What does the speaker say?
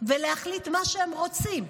ולהחליט מה שהם רוצים.